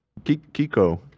Kiko